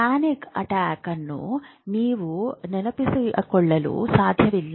panic attack ಅನ್ನು ನೀವು ನೆನಪಿಟ್ಟುಕೊಳ್ಳಲು ಸಾಧ್ಯವಿಲ್ಲ